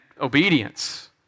obedience